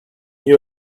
you